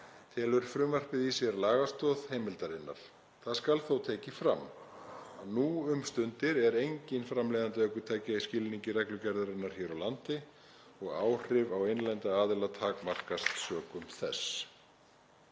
Felur frumvarpið í sér lagastoð heimildarinnar. Það skal þó tekið fram að nú um stundir er enginn framleiðandi ökutækja í skilningi reglugerðarinnar hér á landi og áhrif á innlenda aðila takmarkast sökum þess.